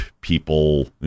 people –